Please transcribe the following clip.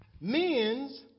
men's